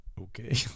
okay